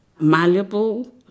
malleable